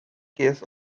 case